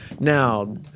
Now